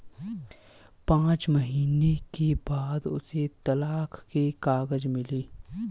पांच महीने के बाद उसे तलाक के कागज मिले